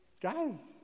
guys